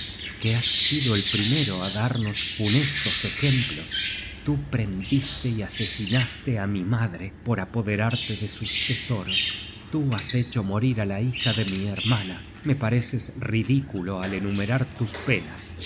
que has sido el primero á darnos funestos ejemplos tú prendiste y asesinaste á mi madre por apoderarte de sus tesoros tú has hecho morir á la hija de mi hermana me pareces ridículo al enumerar tus penas